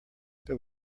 there